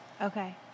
Okay